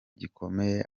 gikomeye